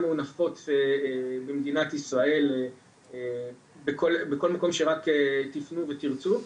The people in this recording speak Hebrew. הוא נפוץ במדינת ישראל בכל מקום שרק תפנו ותרצו.